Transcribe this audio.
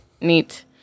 Neat